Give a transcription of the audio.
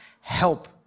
Help